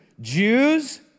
Jews